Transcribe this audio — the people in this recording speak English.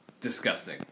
Disgusting